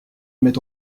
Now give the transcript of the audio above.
met